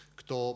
kto